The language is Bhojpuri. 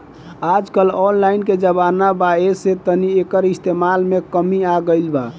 आजकल ऑनलाइन के जमाना बा ऐसे तनी एकर इस्तमाल में कमी आ गइल बा